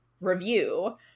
review